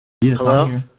Hello